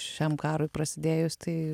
šiam karui prasidėjus tai